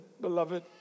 beloved